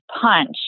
punch